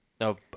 No